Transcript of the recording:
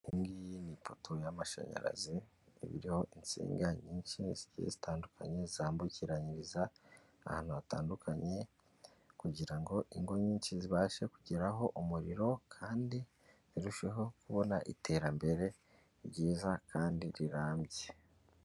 Iyi ngiyi ni ipoto y'amashanyarazi iriho insinga nyinshi zigiye zitandukanye, zambukiranyiriza ahantu hatandukanye kugira ngo ingo nyinshi zibashe kugeraho umuriro kandi zirusheho kubona iterambere ryiza kandi rirambye.